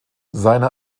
seine